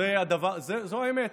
זאת האמת.